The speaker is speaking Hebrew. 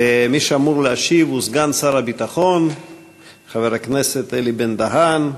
מי שאמור להשיב הוא סגן שר הביטחון חבר הכנסת אלי בן-דהן.